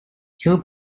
too